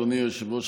אדוני היושב-ראש,